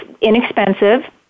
inexpensive